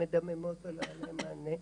מדממות ואין להן מענה.